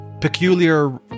peculiar